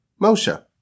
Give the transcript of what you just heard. Moshe